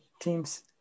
teams